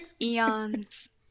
eons